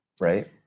right